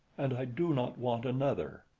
and i do not want another.